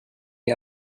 you